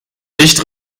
nicht